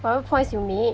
for the points you make